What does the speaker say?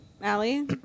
Allie